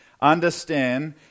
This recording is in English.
understand